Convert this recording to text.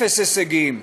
אפס הישגים.